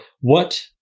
what-